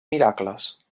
miracles